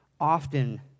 often